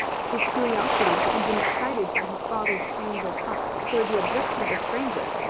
his curiosity had been excited by his father's change of front toward the objectionable stranger,